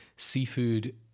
seafood